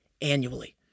annually